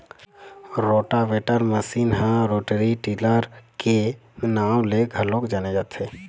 rotavator machine ह rotary tiller के नांव ले घलोक जाने जाथे